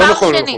לא נכון,